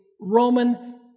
Roman